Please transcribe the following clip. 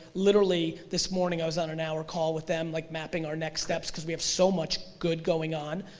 literally this morning i was on an hour call with them like mapping our next steps. because we have so much good going on,